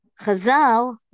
Chazal